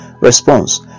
Response